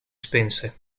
spense